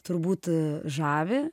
turbūt žavi